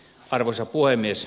arvoisa puhemies